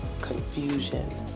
confusion